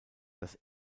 das